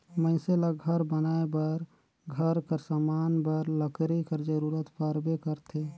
मइनसे ल घर बनाए बर, घर कर समान बर लकरी कर जरूरत परबे करथे